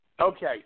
Okay